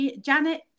Janet